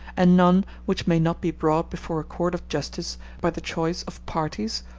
and none which may not be brought before a court of justice by the choice of parties,